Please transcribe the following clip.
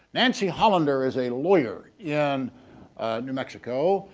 nancy hollander is a lawyer in new mexico.